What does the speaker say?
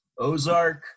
Ozark